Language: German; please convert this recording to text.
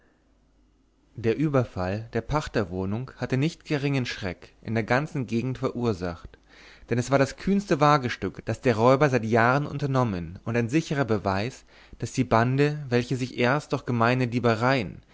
der überfall der pachterwohnung hatte nicht geringen schreck in der ganzen gegend verursacht denn es war das kühnste wagestück das die räuber seit jahren unternommen und ein sichrer beweis daß die bande welche sich erst durch gemeine diebereien